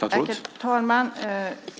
Herr talman!